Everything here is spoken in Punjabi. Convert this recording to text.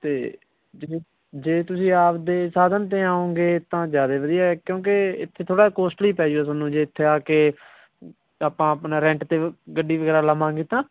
ਅਤੇ ਜੇ ਜੇ ਤੁਸੀਂ ਆਪਦੇ ਸਾਧਨ 'ਤੇ ਆਉਂਗੇ ਤਾਂ ਜ਼ਿਆਦਾ ਵਧੀਆ ਕਿਉਂਕਿ ਇੱਥੇ ਥੋੜ੍ਹਾ ਕੋਸਟਲੀ ਪੈ ਜੂਗਾ ਤੁਹਾਨੂੰ ਜੇ ਇੱਥੇ ਆ ਕੇ ਆਪਾਂ ਆਪਣਾ ਰੈਂਟ 'ਤੇ ਗੱਡੀ ਵਗੈਰਾ ਲਵਾਂਗੇ ਤਾਂ